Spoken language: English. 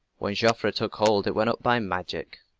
when joffre took hold it went up by magic.